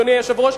אדוני היושב-ראש,